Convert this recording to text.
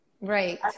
right